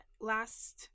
last